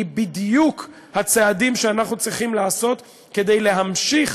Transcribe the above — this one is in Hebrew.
היא בדיוק הצעדים שאנחנו צריכים לעשות כדי להמשיך